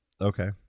Okay